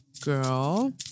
girl